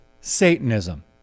satanism